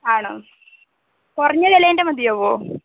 ആണോ കുറഞ്ഞ വിലേന്റെ മതിയാവുമോ